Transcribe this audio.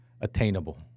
attainable